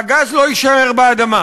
שהגז לא יישאר באדמה.